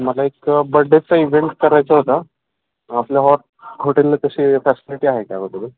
मला एक बड्डेचा इवेहेंट करायचं होता आपल्या हॉ हॉटेलला तसे फॅसिलिटी आहे का अवेलेबल